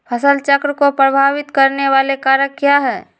फसल चक्र को प्रभावित करने वाले कारक क्या है?